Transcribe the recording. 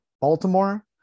baltimore